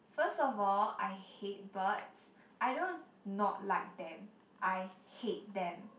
first of all I hate birds I don't not like them I hate them